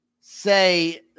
say